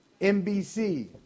NBC